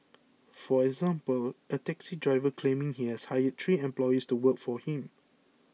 for example a taxi driver claiming he has hired three employees to work for him